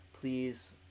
please